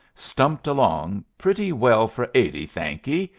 stumped along, pretty well for eighty, thanky,